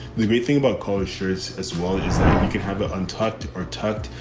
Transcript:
the great thing about college shirts as well is that you can have an un-tucked or tucked,